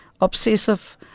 obsessive